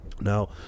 now